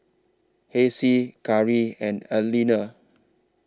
Hassie Kari and Aleena